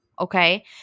okay